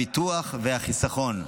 הביטוח והחיסכון.